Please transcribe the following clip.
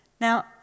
Now